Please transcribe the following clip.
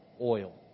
Oil